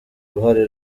uruhare